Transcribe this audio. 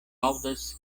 aŭdas